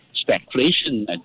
speculation